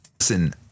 Listen